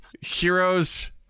heroes